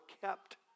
kept